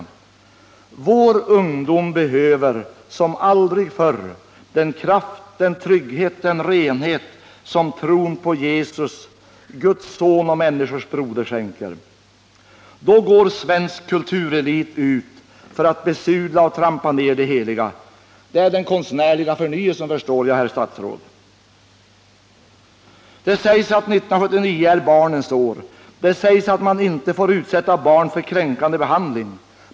Vår ungdom behöver som aldrig förr den kraft, den trygghet och den renhet som tron på Jesus, Guds Son och människors broder, skänker. Då går svensk kulturelit ut för att besudla och trampa ner det heliga. Det är den konstnärliga förnyelsen, förstår jag, herr statsråd. Det sägs att 1979 är barnens år. Det sägs att man inte får utsätta barn för kränkande behandling.